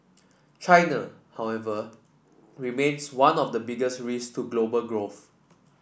China however remains one of the biggest risks to global growth